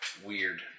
Weird